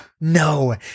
No